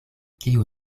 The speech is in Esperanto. kiu